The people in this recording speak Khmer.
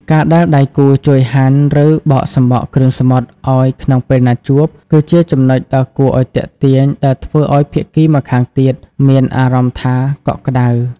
ការដែលដៃគូជួយហាន់ ឬបកសំបកគ្រឿងសមុទ្រឱ្យក្នុងពេលណាត់ជួប គឺជាចំណុចដ៏គួរឱ្យទាក់ទាញដែលធ្វើឱ្យភាគីម្ខាងទៀតមានអារម្មណ៍ថាកក់ក្ដៅ។